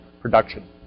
production